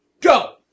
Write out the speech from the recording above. Go